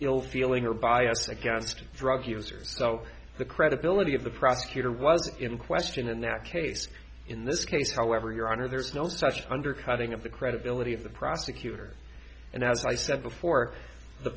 ill feeling or bias against drug users so the credibility of the prosecutor was in question in that case in this case however your honor there's no such undercutting of the credibility of the prosecutor and as i said before the